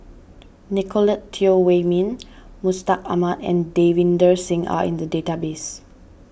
Nicolette Teo Wei Min Mustaq Ahmad and Davinder Singh are in the database